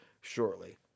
shortly